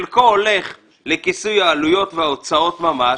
חלקו הולך לכיסוי העלויות וההוצאות ממש